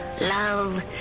love